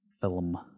Film